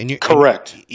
Correct